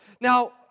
Now